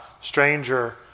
stranger